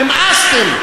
נמאסתם.